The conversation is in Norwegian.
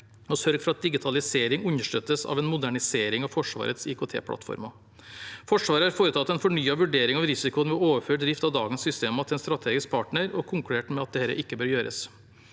og sørge for at digitalisering understøttes av en modernisering av Forsvarets IKT-plattformer. Forsvaret har foretatt en fornyet vurdering av risikoen med å overføre drift av dagens systemer til en strategisk partner og konkludert med at dette ikke bør gjøres.